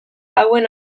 hauen